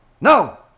no